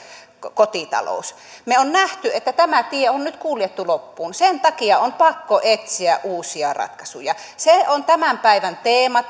kotitalous me olemme nähneet että tämä tie on nyt kuljettu loppuun sen takia on pakko etsiä uusia ratkaisuja se on tässä salissa tämän päivän teema